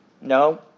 No